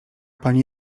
pani